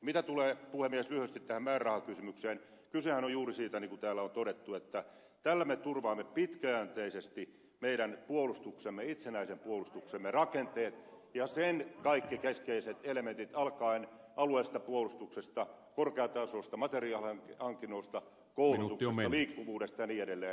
mitä tulee puhemies lyhyesti tähän määrärahakysymykseen niin kysehän on juuri siitä niin kuin täällä on todettu että tällä me turvaamme pitkäjänteisesti meidän itsenäisen puolustuksemme rakenteet ja sen kaikki keskeiset elementit alkaen alueellisesta puolustuksesta korkeatasoisista materiaalihankinnoista koulutuksesta liikkuvuudesta ja niin edelleen